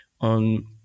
on